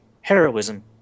heroism